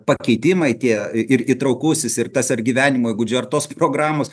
pakeitimai tie ir įtraukusis ir tas ar gyvenimo įgūdžių ar tos programos